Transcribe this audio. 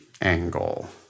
angle